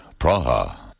Praha